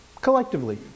collectively